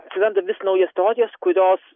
atsiranda vis naujos teorijos kurios